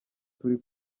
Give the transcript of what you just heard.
turi